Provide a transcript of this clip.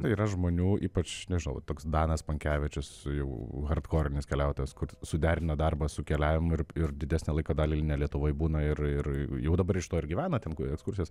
tai yra žmonių ypač nežinau toks danas pankevičius jau hartkorinis keliautojas kur suderina darbą su keliavimu ir ir didesnę laiko dalį ne lietuvoj būna ir ir jau dabar iš to ir gyvena ten ekskursijas